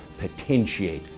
potentiate